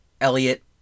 Elliot